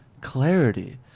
clarity